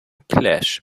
clash